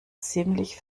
ziemlich